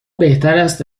بهتراست